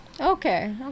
okay